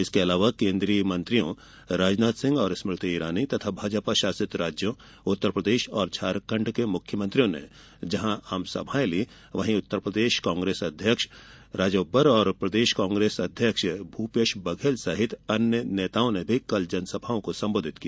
इसके अलावा केन्द्रीय मंत्रियों राजनाथ सिंह और स्मृति इरानी तथा भाजपा शासित राज्यों उत्तरप्रदेश और झारखंड के मुख्यमंत्रियों ने जहां आमसभाएं ली वहीं उत्तरप्रदेश कांग्रेस अध्यक्ष राजबब्बर और प्रदेश कांग्रेस अध्यक्ष भूपेश बघेल सहित अन्य नेताओं ने भी कल जनसभाओं को संबोधित किया